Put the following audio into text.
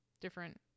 different